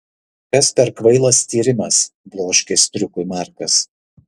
kas per kvailas tyrimas bloškė striukiui markas